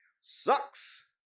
Sucks